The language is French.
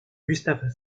gustave